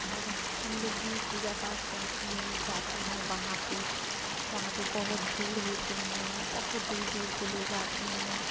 और हम लोग भी पूजा पाठ करने जाते हैं वहाँ पे वहाँ पे बहुत भीड़ होती है बहुत दूर दूर के लोग आते हैं